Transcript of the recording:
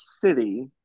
City